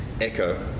Echo